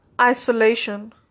isolation